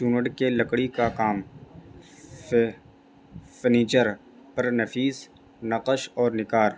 چونڑ کے لکڑی کا کام فرنیچر پر نفیس نقش اور نگار